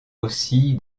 aussi